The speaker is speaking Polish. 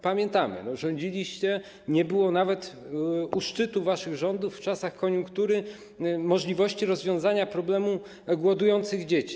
Pamiętamy, że jak rządziliście, nie było nawet u szczytu waszych rządów w czasach koniunktury możliwości rozwiązania problemu głodujących dzieci.